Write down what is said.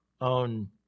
own